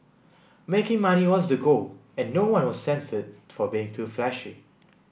making money was the goal and no one was censured for being too flashy